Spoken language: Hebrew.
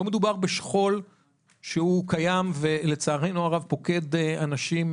לא מדובר בשכול שהוא קיים, ולצערנו הרב פוקד אנשים